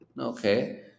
okay